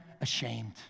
ashamed